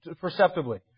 perceptibly